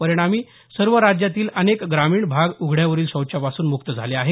परिणामी सर्व राज्यातील अनेक ग्रामीण भाग उघड्यावरील शौचपासून मुक्त झाले आहेत